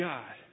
God